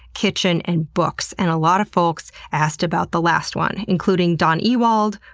kitchen, and books. and a lot of folks asked about the last one, including dawn ewald,